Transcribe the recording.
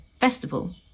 Festival